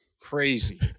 crazy